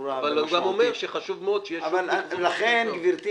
אבל הוא גם אומר שחשוב מאוד ש --- לכן גברתי,